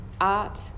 art